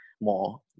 more